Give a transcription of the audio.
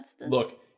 Look